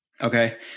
Okay